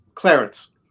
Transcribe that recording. Clarence